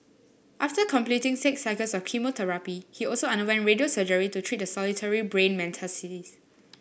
after completing six cycles of chemotherapy he also underwent radio surgery to treat the solitary brain metastasis